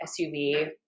suv